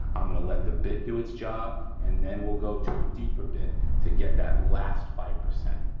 um i'm gonna let the bit do its job and then we'll go to a deeper bit to get that last five percent